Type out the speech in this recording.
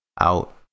out